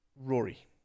rory